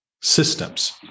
systems